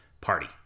party